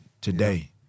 today